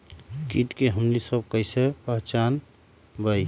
किट के हमनी सब कईसे पहचान बई?